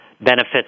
benefits